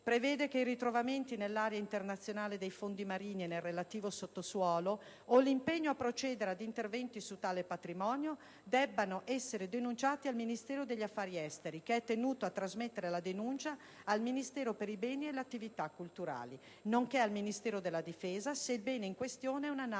inoltre che i ritrovamenti nell'area internazionale dei fondi marini e nel relativo sottosuolo o l'impegno a procedere ad interventi su tale patrimonio debbano essere denunciati al Ministero degli affari esteri, che è tenuto a trasmettere la denuncia al Ministero per i beni e le attività culturali, nonché al Ministero della difesa se il bene in questione è una